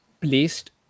placed